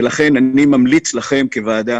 ולכן אני ממליץ לכם כוועדה